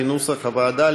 כנוסח הוועדה,